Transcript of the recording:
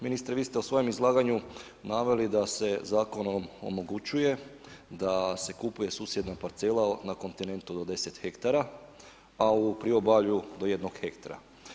Ministre vi ste u svojem izlaganju naveli da se zakonom omogućuje da se kupuje susjedna parcela na kontinentu do 10 ha, a u priobalju do jednog hektra.